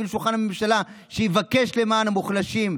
לשולחן הממשלה שיבקש למען המוחלשים,